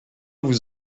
vous